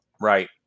Right